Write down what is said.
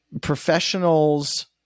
professionals